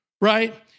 Right